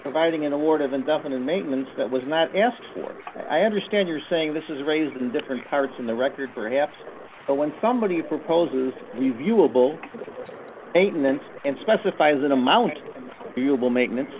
providing an award of indefinite maintenance that was not asked for i understand you're saying this is raised in different parts of the record perhaps but when somebody proposes reviewable eight and then and specifies an amount you will ma